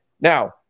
now